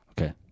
Okay